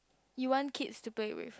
you want kids to play with